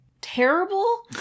terrible